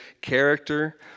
character